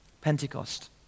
Pentecost